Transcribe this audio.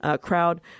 crowd